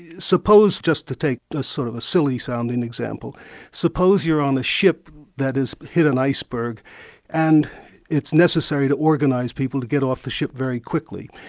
yeah suppose just to take a sort of a silly-sounding example suppose you're on a ship that has hit an iceberg and it's necessary to organise people to get off the ship very quickly,